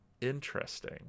interesting